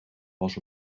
was